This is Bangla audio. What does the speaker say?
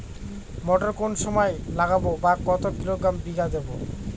মটর কোন সময় লাগাবো বা কতো কিলোগ্রাম বিঘা দেবো?